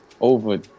over